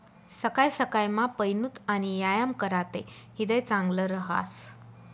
सकाय सकायमा पयनूत आणि यायाम कराते ह्रीदय चांगलं रहास